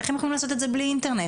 איך הם יכולים לעשות את זה בלי אינטרנט.